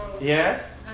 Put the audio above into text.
Yes